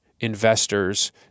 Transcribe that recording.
investors